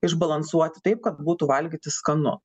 išbalansuoti taip kad būtų valgyti skanu